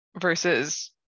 versus